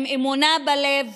עם אמונה בלב